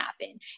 happen